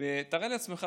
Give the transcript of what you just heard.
תאר לעצמך,